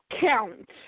count